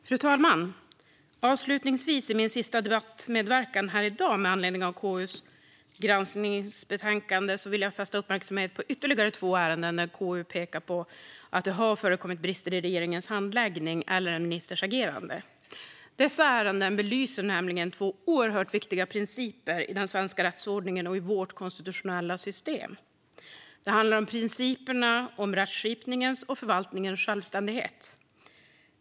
Fru talman! Avslutningsvis, i min sista debattmedverkan här i dag med anledning av KU:s granskningsbetänkande, vill jag fästa uppmärksamhet på ytterligare två ärenden där KU pekar på att det har förekommit brister i regeringens handläggning eller en ministers agerande. Dessa ärenden belyser två oerhört viktiga principer i den svenska rättsordningen och i vårt konstitutionella system. Det handlar om principerna om rättskipningens och förvaltningens självständighet.